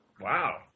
Wow